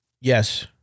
Yes